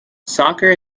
soccer